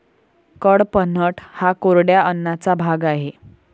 कडपह्नट हा कोरड्या अन्नाचा भाग आहे